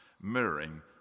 mirroring